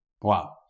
Wow